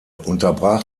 unterbrach